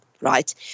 right